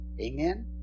Amen